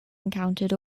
encountered